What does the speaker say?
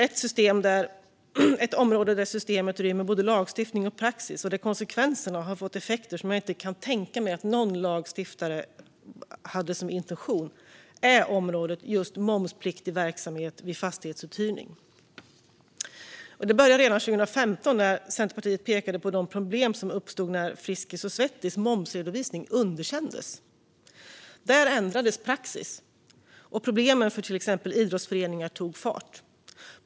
Ett område där systemet rymmer både lagstiftning och praxis och där konsekvenserna har fått effekter som ingen lagstiftare kan ha haft som intention är området momspliktig verksamhet vid fastighetsuthyrning. Det började redan 2015 när Centerpartiet pekade på de problem som uppstod när Friskis & Svettis momsredovisning underkändes. Där ändrades praxis, och problemen för till exempel idrottsföreningar tog fart.